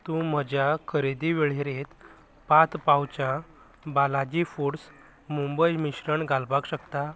तूं म्हज्या खरेदी वळेरेंत पात पाउचा बालाजी फुड्स मुंबय मिश्रण घालपाक शकता